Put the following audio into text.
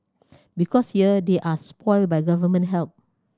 because here they are spoilt by Government help